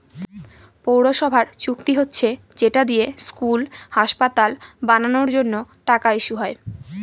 পৌরসভার চুক্তি হচ্ছে যেটা দিয়ে স্কুল, হাসপাতাল বানানোর জন্য টাকা ইস্যু হয়